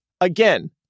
again